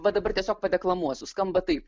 va dabar tiesiog padeklamuosiu skamba taip